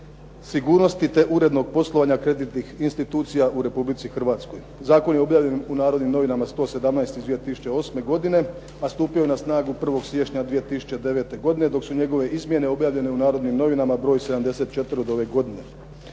sigurnosti te urednog poslovanja kreditnih institucija u Republici Hrvatskoj. Zakon je objavljen u Narodnim novinama 117. iz 2008. godine, a stupio je nas nagu 1. siječnja 2009. godine, dok su njegove izmjene objavljene u Narodnim novinama broj 74. od